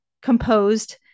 composed